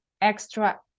extra